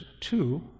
two